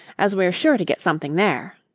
as we're sure to get something there.